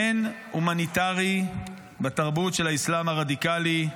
אין הומניטרי בתרבות של האסלאם הרדיקלי,